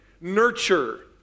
nurture